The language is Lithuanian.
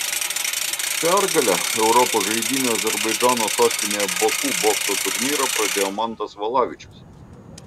pergale europos žaidynių azerbaidžano sostinėje baku bokso turnyrą pradėjo mantas valavičius